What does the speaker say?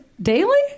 daily